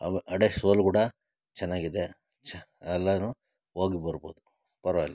ಅವ್ ಅಡಿ ಸೋಲ್ ಕೂಡ ಚೆನ್ನಾಗಿದೆ ಚ್ ಎಲ್ಲಾರು ಹೋಗಿ ಬರ್ಬೋದು ಪರ್ವಾಗಿಲ್ಲ